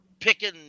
picking